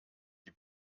die